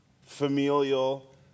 familial